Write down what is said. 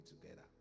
together